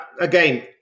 again